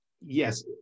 yes